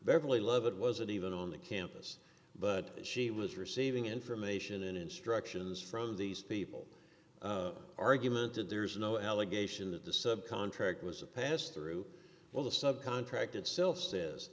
early love it wasn't even on the campus but she was receiving information and instructions from these people argument that there is no allegation that the subcontract was a passthrough well the sub contract itself says